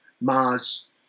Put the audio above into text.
Mars